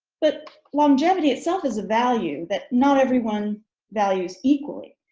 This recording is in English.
but longevity itself is value that not everyone values equally.